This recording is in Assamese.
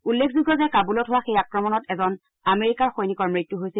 উল্লেখযোগ্য যে কাবুলত হোৱা সেই আক্ৰমণত এজন আমেৰিকাৰ সৈনিকৰ মৃত্যু হৈছিল